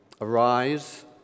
Arise